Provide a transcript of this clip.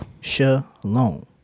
Shalom